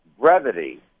brevity